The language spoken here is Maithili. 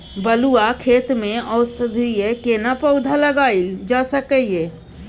बलुआ खेत में औषधीय केना पौधा लगायल जा सकै ये?